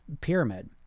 pyramid